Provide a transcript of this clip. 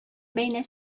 бәйнә